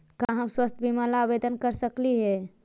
का हम स्वास्थ्य बीमा ला आवेदन कर सकली हे?